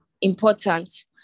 important